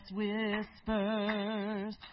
whispers